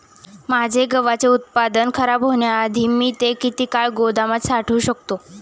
माझे गव्हाचे उत्पादन खराब होण्याआधी मी ते किती काळ गोदामात साठवू शकतो?